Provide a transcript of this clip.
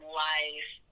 life